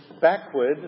backward